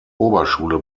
oberschule